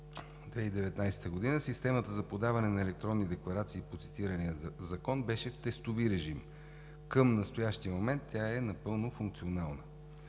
2019 г. системата за подаване на електронни декларации по цитирания закон беше в тестови режим. Към настоящия момент тя е напълно функционална.